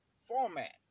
format